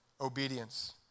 obedience